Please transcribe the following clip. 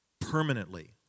permanently